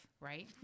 right